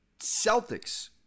Celtics